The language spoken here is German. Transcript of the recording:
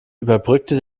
überbrückte